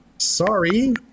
Sorry